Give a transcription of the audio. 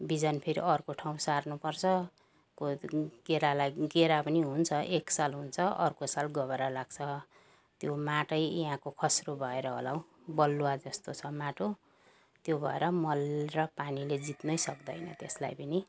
बिजन फेरि अर्को ठाउँ सार्नु पर्छ कोही केरालाई केरा पनि हुन्छ एक साल हुन्छ अर्को साल गबरा लाग्छ त्यो माटै यहाँको खस्रो भएर होला हौ बलुवा जस्तो छ माटो त्यो भएर मल र पानीले जित्नै सक्दैन त्यसलाई पनि